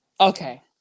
Okay